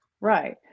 Right